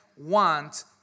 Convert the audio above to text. Want